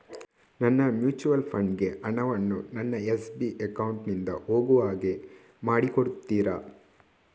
ನನ್ನ mutual fund ಗೆ ಹಣ ವನ್ನು ನನ್ನ ಎಸ್.ಬಿ ಅಕೌಂಟ್ ನಿಂದ ಹೋಗು ಹಾಗೆ ಮಾಡಿಕೊಡುತ್ತೀರಾ?